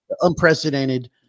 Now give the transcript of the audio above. unprecedented